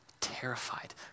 terrified